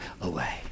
away